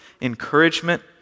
encouragement